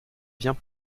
vient